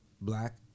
black